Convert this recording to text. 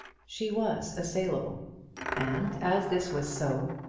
she was assailable and, as this was so,